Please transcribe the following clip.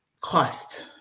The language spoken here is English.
cost